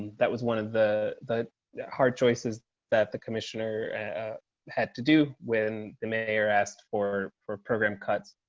that was one of the the yeah hard choices that the commissioner had to do when the mayor asked for for program cuts.